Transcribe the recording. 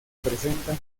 presenta